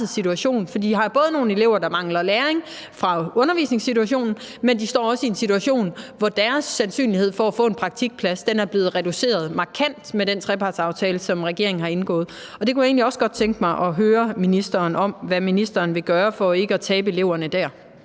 for de har både nogle elever, der mangler læring fra undervisningssituationen, men de står også i en situation, hvor deres sandsynlighed for at få en praktikplads er blevet reduceret markant med den trepartsaftale, som regeringen har indgået. Og det kunne jeg egentlig også godt tænke mig at høre ministeren om, altså hvad ministeren vil gøre for ikke at tabe eleverne dér.